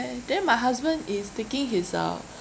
then my husband is taking his uh